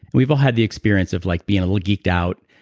we've all had the experience of like being a little geeked out,